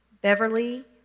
Beverly